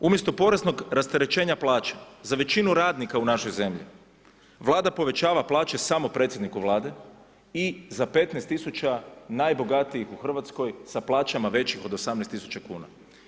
Umjesto poreznog rasterećenja plaća za većinu radnika u našoj zemlji, Vlada povećava plaće samo predsjedniku Vlade i za 15.000 najbogatijih u Hrvatskoj sa plaćama većim od 18.000 kuna.